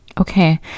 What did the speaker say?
Okay